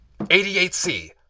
88C